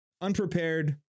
Unprepared